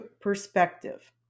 perspective